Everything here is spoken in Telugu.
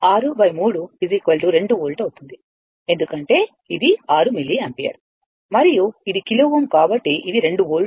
63 2 వోల్ట్ అవుతుంది ఎందుకంటే ఇది 6 మిల్లి యాంపియర్ మరియు ఇది కిలో Ω కాబట్టి ఇది 2 వోల్ట్